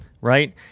Right